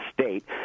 state